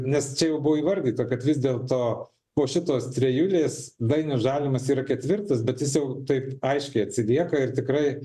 nes čia jau buvo įvardyta kad vis dėlto po šitos trejulės dainius žalimas yra ketvirtas bet jis jau taip aiškiai atsilieka ir tikrai